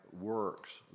works